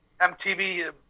MTV